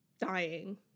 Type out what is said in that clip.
dying